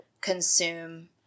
consume